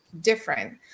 different